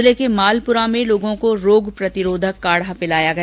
जिले के मालपुरा में लोगों को रोग प्रतिरोधक काढा पिलाया गया